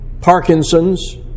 Parkinson's